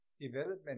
development